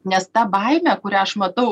nes ta baimė kurią aš matau